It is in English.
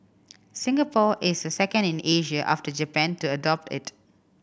Singapore is the second in Asia after Japan to adopt it